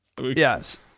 Yes